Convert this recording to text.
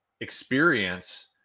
experience